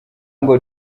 ngo